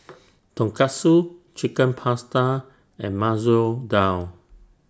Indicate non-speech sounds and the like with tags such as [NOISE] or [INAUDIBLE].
[NOISE] Tonkatsu Chicken Pasta and Masoor Dal